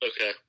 Okay